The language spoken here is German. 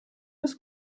des